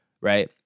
Right